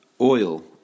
oil